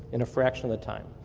in a fraction of the time.